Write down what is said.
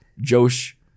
Josh